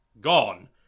gone